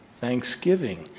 thanksgiving